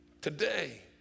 Today